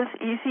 easy